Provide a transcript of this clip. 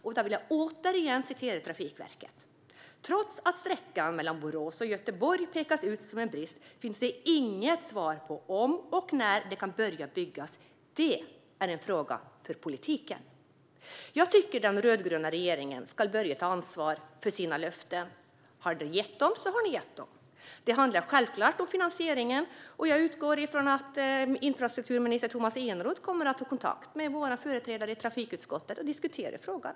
Jag vill återigen referera vad Trafikverket har sagt: Trots att sträckan mellan Borås och Göteborg pekas ut som brist finns det inget svar på om och när den kan börja byggas. Det är en fråga för politiken. Jag tycker att den rödgröna regeringen ska börja ta ansvar för sina löften. Har ni gett dem så har ni gett dem. Självklart handlar det om finansieringen, och jag utgår från att infrastrukturminister Tomas Eneroth kommer att ha kontakt med våra företrädare i trafikutskottet och diskutera frågan.